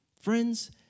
Friends